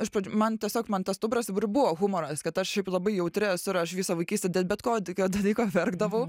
iš pradžių man tiesiog man tas stuburas dabar ir buvo humoras kad aš labai jautri esu ir aš visą vaikystę dėl bet kokio dalyko verkdavau